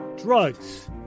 drugs